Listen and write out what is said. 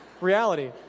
reality